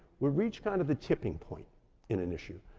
we've reached kind of the tipping point in an issue.